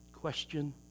question